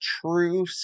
true